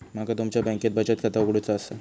माका तुमच्या बँकेत बचत खाता उघडूचा असा?